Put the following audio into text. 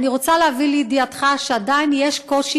אני רוצה להביא לידיעתך שעדיין יש קושי